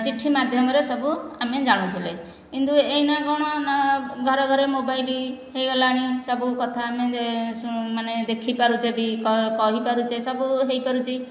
ଚିଠି ମାଧ୍ୟମରେ ସବୁ ଆମେ ଜାଣୁଥିଲେ କିନ୍ତୁ ଏଇନା କଣ ନା ଘରେ ଘରେ ମୋବାଇଲ ହୋଇଗଲାଣି ସବୁ କଥା ମାନେ ଦେଖି ପାରୁଛେ ବି କହି ପାରୁଛେ ସବୁ ହୋଇପାରୁଛି